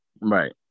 Right